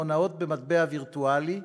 הונאות במטבע וירטואלי,